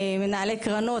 מנהלי קרנות,